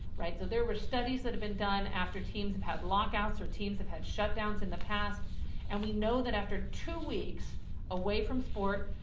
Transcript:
right? so there were studies that have been done after teams have had lockouts or teams have had shutdowns in the past and we know that after two weeks away from sport,